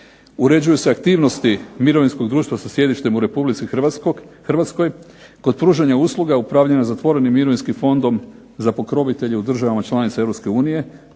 Uređuju se aktivnosti mirovinskog društva sa sjedištem u Republici Hrvatskoj, kod pružanja usluga upravljanja zatvorenim mirovinskim fondom za pokrovitelje u državama članica